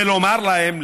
ולומר להם,